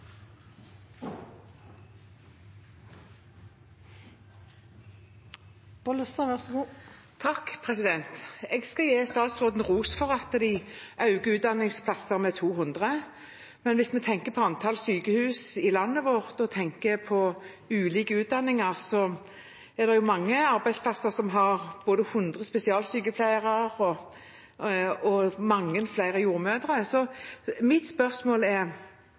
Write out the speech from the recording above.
Jeg skal gi statsråden ros for at de øker antall utdanningsplasser med 200, men hvis vi tenker på antallet sykehus i landet vårt og på ulike utdanninger, er det mange arbeidsplasser som har både 100 spesialsykepleiere og mange flere jordmødre. Mitt spørsmål er: